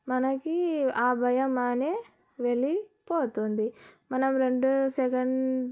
మనకి ఆ భయం అనేది వెళ్ళి పోతుంది మనం రెండో సెకండ్